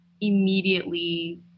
immediately